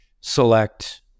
select